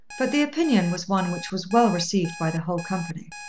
but the opinion was one which was well received by the whole company.